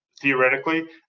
theoretically